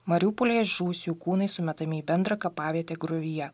mariupolyje žuvusiųjų kūnai sumetami į bendrą kapavietę griovyje